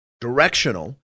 directional